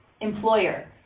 employer